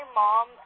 mom